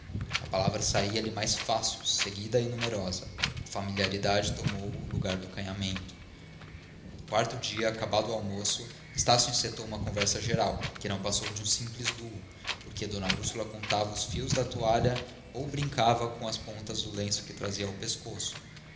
a palavra saía lhe mais fácil seguida e numerosa a familiaridade tomou o lugar do acanhamento no quarto dia acabado o almoço estácio encetou uma conversa geral que não passou de um simples duo porque d úrsula contava os fios da toalha ou brincava com as pontas do lenço que trazia ao pescoço